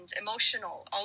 emotional